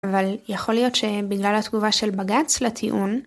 אבל יכול להיות שבגלל התגובה של בג"ץ לטיעון